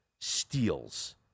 steals